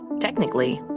technically,